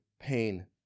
pain